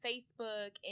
Facebook